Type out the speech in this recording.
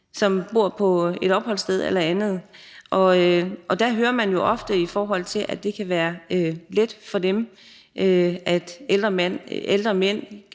og bor på et opholdssted eller andet, og der hører man jo ofte om, at det kan være let for ældre mænd